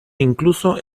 incluso